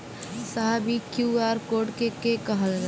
साहब इ QR code के के कहल जाला?